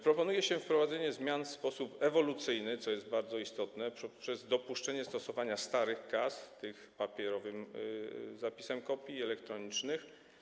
Proponuje się wprowadzenie zmian w sposób ewolucyjny, co jest bardzo istotne, przez dopuszczenie stosowania starych kas, tych z papierowym zapisem kopii, i elektronicznych.